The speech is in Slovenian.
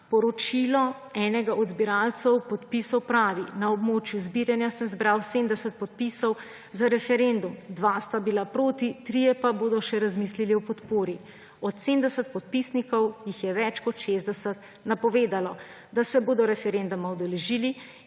Poročilo enega od zbiralcev podpisov pravi: "Na območju zbiranja sem zbral 70 podpisov za referendum, 2 sta bila proti, 3 pa bodo še razmislili o podpori. Od 70 podpisnikov jih je več kot 60 napovedalo, da se bodo referenduma udeležili